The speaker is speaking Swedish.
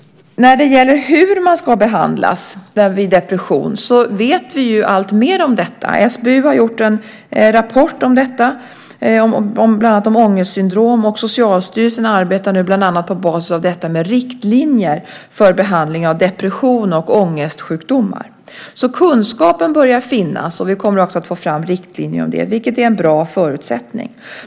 När det gäller hur man ska behandlas vid depression vet vi ju alltmer om detta. SBU har gjort en rapport om detta, bland annat om ångestsyndrom, och Socialstyrelsen arbetar nu bland annat på bas av detta med riktlinjer för behandling av depression och ångestsjukdomar. Kunskapen börjar alltså finnas, och vi kommer alltså att få fram riktlinjer om det, vilket är en bra förutsättning.